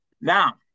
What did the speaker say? Now